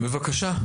בבקשה.